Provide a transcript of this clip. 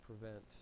prevent